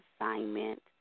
assignment